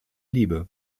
liebe